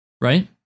right